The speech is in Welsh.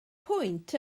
pwynt